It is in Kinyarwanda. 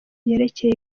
byerekeye